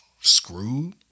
screwed